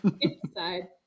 inside